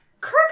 Kirk